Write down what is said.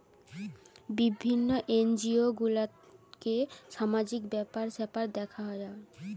বিভিন্ন এনজিও গুলাতে সামাজিক ব্যাপার স্যাপার দেখা হয়